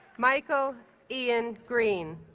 michael ian green